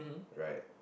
right